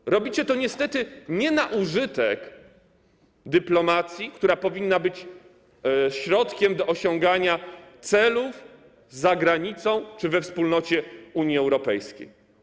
Nie robicie tego niestety na użytek dyplomacji, która powinna być środkiem do osiągania celów za granicą czy we wspólnocie Unii Europejskiej.